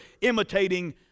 imitating